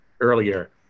earlier